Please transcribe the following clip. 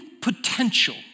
potential